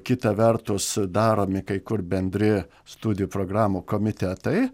kita vertus daromi kai kur bendri studijų programų komitetai